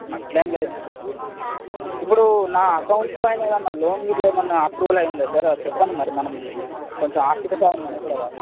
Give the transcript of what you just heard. అలా ఏమి లేదు సార్ ఇప్పుడు నా అకౌంట్ పైన ఏదన్న లోన్ గిట్లా ఏమన్న అప్రూవల్ అయ్యుందా సార్ అది చెప్పండి మరి మనం కొంచెం ఆర్థిక సాయం అందుతుంది కదా